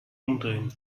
umdrehen